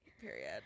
Period